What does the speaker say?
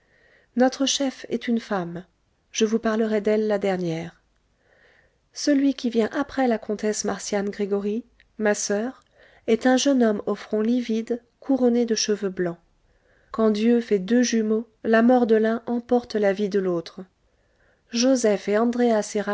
notre chef est une femme je vous parlerai d'elle la dernière celui qui vient après la comtesse marcian gregoryi ma soeur est un jeune homme au front livide couronné de cheveux blancs quand dieu fait deux jumeaux la mort de l'un emporte la vie de l'autre joseph et andréa